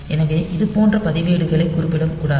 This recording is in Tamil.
எனவே இது போன்ற பதிவேடுகளை குறிப்பிட கூடாது